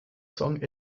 song